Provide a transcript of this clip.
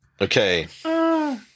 Okay